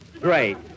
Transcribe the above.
Great